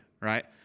right